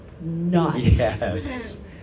nuts